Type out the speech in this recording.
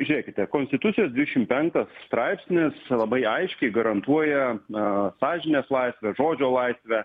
žiūrėkite konstitucijos dvidešim penktas straipsnis labai aiškiai garantuoja na sąžinės laisvę žodžio laisvę